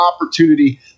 opportunity